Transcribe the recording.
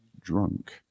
drunk